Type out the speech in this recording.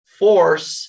force